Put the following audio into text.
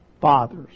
Fathers